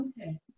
Okay